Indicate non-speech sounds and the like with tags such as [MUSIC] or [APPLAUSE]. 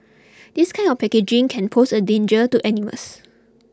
[NOISE] this kind of packaging can pose a danger to animals